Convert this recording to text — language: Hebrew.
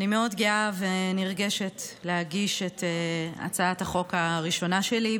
אני מאוד גאה ונרגשת להגיש את הצעת החוק הראשונה שלי,